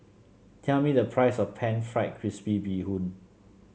tell me the price of pan fried crispy Bee Hoon